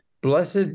Blessed